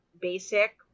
basic